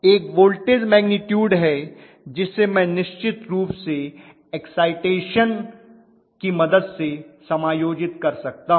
एक voltage magnitude है जिसे मैं निश्चित रूप से एक्साइटेशन की मदद से समायोजित कर सकता हूं